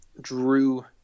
Drew